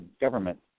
government